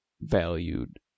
valued